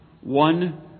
one